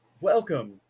welcome